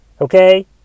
Okay